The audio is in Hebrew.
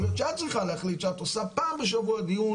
יכול להיות שאת צריכה להחליט שאת עושה פעם בשבוע דיון